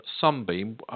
sunbeam